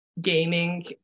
gaming